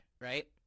right